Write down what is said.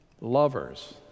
Lovers